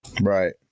right